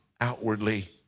outwardly